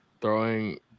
Throwing